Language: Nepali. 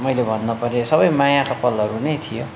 मैले भन्न परे सबै मायाको पलहरू नै थियो